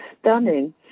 stunning